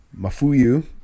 mafuyu